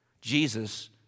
Jesus